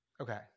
Okay